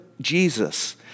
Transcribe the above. Jesus